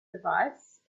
device